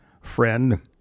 Friend